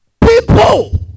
People